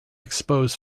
expose